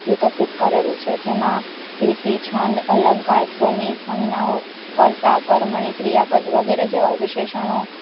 વિકસિત કરેલું છે જેમાં રીતિ છંદ અલંકાર ધ્વનિ સંજ્ઞાઓ કર્તા કર્મણી ક્રિયાપદ વગેરે જેવા વિશેષણો